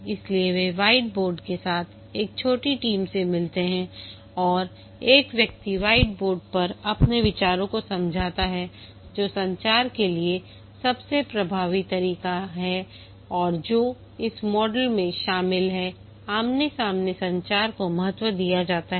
इसलिए वे व्हाइटबोर्ड के साथ एक छोटी टीम से मिलते हैं और एक व्यक्ति व्हाइटबोर्ड पर अपने विचारों को समझाता है जो संचार के लिए सबसे प्रभावी तरीका है और जो इस मॉडल में शामिल है आमने सामने संचार को महत्व दिया जाता है